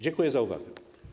Dziękuję za uwagę.